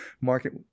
market